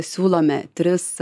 siūlome tris